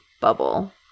bubble